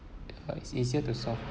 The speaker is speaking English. uh it's easier to solve